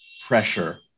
pressure